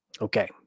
okay